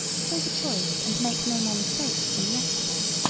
show the choice and make no more mistakes than yesterday.